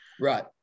Right